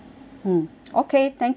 okay thank you